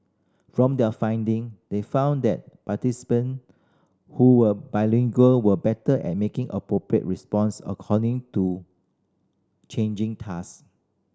from their finding they found that participant who were bilingual were better at making appropriate responses according to changing task